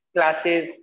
Classes